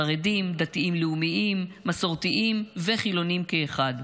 חרדים, דתיים לאומיים, מסורתיים וחילונים כאחד,